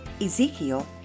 Ezekiel